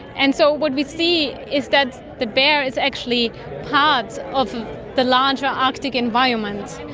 and so what we see is that the bear is actually part of the larger arctic environment,